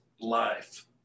life